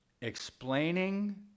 explaining